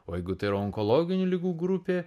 o jeigu tai yra onkologinių ligų grupė